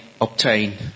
obtain